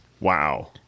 Wow